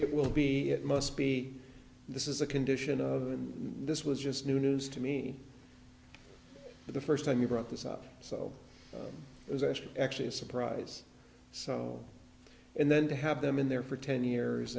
it will be it must be this is a condition of and this was just new news to me the first time you brought this up so it was actually actually a surprise so and then to have them in there for ten years